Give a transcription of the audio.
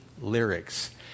lyrics